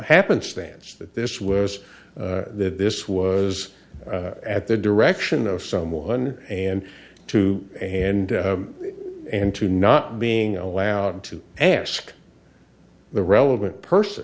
happenstance that this was that this was at the direction of someone and to and and to not being allowed to ask the relevant person